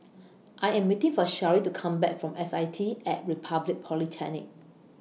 I Am waiting For Shari to Come Back from S I T At Republic Polytechnic